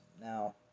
Now